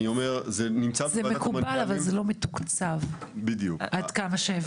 זה מקובל אבל זה לא מתוקצב, עד כמה שהבנתי.